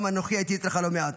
גם אנוכי הייתי אצלך לא מעט,